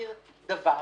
העביר דבר,